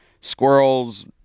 squirrels